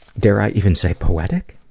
dare i even say poetic?